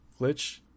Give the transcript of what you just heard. glitch